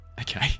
Okay